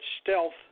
stealth